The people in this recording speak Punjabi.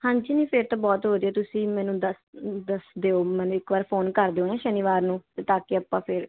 ਹਾਂਜੀ ਨਹੀਂ ਫਿਰ ਤਾਂ ਬਹੁਤ ਵਧੀਆ ਤੁਸੀਂ ਮੈਨੂੰ ਦੱਸ ਦੱਸ ਦਿਓ ਮੈਨੂੰ ਇੱਕ ਵਾਰ ਫੋਨ ਕਰ ਦਿਓ ਨਾ ਸ਼ਨੀਵਾਰ ਨੂੰ ਤਾਂ ਕਿ ਆਪਾਂ ਫਿਰ